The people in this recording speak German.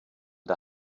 der